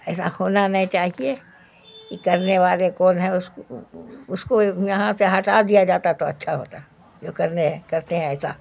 ایسا ہونا نہیں چاہیے یہ کرنے والے کون ہے اس اس کو یہاں سے ہٹا دیا جاتا تو اچھا ہوتا جو کرنے ہیں کرتے ہیں ایسا